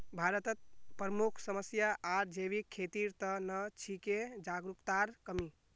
भारतत प्रमुख समस्या आर जैविक खेतीर त न छिके जागरूकतार कमी